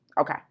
Okay